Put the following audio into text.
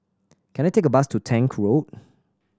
can I take a bus to Tank Road